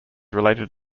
related